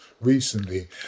recently